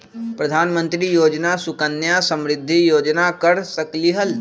प्रधानमंत्री योजना सुकन्या समृद्धि योजना कर सकलीहल?